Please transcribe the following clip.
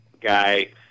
guy